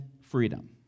freedom